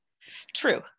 true